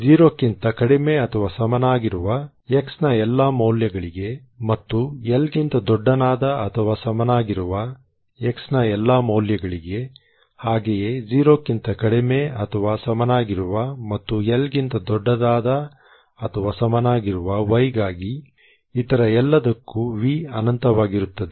0 ಕ್ಕಿಂತ ಕಡಿಮೆ ಅಥವಾ ಸಮನಾಗಿರುವ x ನ ಎಲ್ಲಾ ಮೌಲ್ಯಗಳಿಗೆ ಮತ್ತು L ಗಿಂತ ದೊಡ್ಡದಾದ ಅಥವಾ ಸಮನಾಗಿರುವ x ನ ಎಲ್ಲಾ ಮೌಲ್ಯಗಳಿಗೆ ಹಾಗೆಯೇ 0 ಕ್ಕಿಂತ ಕಡಿಮೆ ಅಥವಾ ಸಮನಾಗಿರುವ ಮತ್ತು L ಗಿಂತ ದೊಡ್ಡದಾದ ಅಥವಾ ಸಮನಾಗಿರುವ y ಗಾಗಿ ಇತರ ಎಲ್ಲದಕ್ಕೂ V ಅನಂತವಾಗಿರುತ್ತದೆ